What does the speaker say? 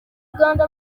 uganda